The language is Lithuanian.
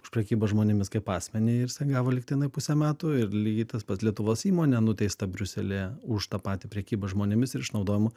už prekybą žmonėmis kaip asmenį jisai gavo lygtinai pusę metų ir lygiai tas pats lietuvos įmonė nuteista briuselyje už tą patį prekyba žmonėmis ir išnaudojimu